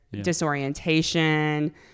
disorientation